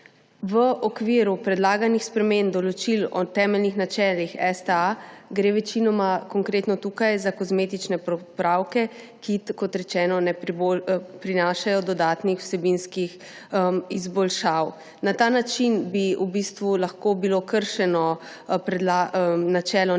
V okviru predlaganih sprememb določil o temeljnih načelih STA gre večinoma, konkretno tukaj, za kozmetične popravke, ki, kot rečeno, ne prinašajo dodatnih vsebinskih izboljšav. Na ta način bi lahko bilo kršeno načelo